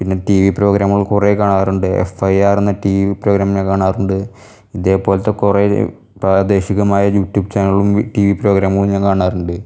പിന്നെ ടിവി പ്രോഗ്രാമുകൾ കുറേ കാണാറുണ്ട് എഫ് ഐ ആർ എന്ന ടിവി പ്രോഗ്രാം ഞാൻ കാണാറുണ്ട് ഇതേ പോലത്തെ കുറേ പ്രാദേശികമായ യുട്യൂബ് ചാനലുകൾ ടിവി പ്രോഗ്രാമുകളും ഞാൻ കാണാറുണ്ട്